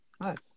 Nice